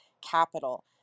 capital